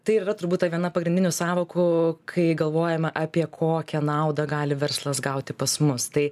tai ir yra turbūt viena pagrindinių sąvokų kai galvojama apie kokią naudą gali verslas gauti pas mus tai